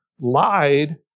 lied